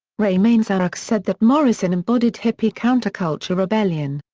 ray manzarek said that morrison embodied hippie counterculture rebellion.